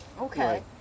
Okay